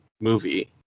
movie